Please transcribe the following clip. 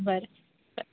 बरें